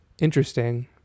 interesting